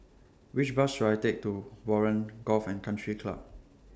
Which Bus should I Take to Warren Golf and Country Club